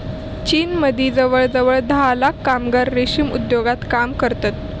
चीनमदी जवळजवळ धा लाख कामगार रेशीम उद्योगात काम करतत